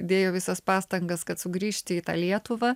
dėjo visas pastangas kad sugrįžti į tą lietuvą